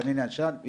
בניין ישן,